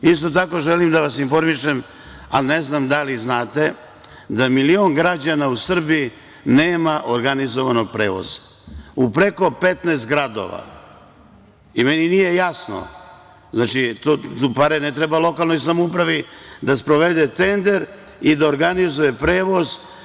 Isto tako želim da vas informišem, a ne znam da li znate, da milion građana u Srbiji nema organizovan prevoz u preko 15 gradova i meni nije jasno, a pare ne trebaju lokalnoj samoupravi da sprovede tender i da organizuje prevoz.